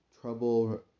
trouble